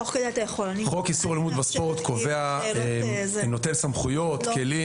חוק איסור אלימות בספורט נותן סמכויות וכלים,